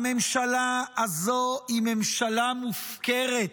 הממשלה הזו היא ממשלה מופקרת,